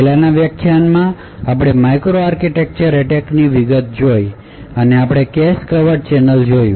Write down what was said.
પહેલાનાં વ્યાખ્યાનમાં આપણે માઇક્રોઆર્કિટેક્ચર એટેકની વિગતો જોય અને આપણે કેશ ક્વર્ટ ચેનલો જોયું